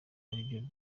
aribyo